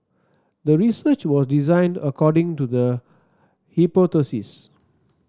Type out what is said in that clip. the research was designed according to the hypothesis